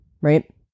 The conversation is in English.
Right